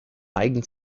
neigen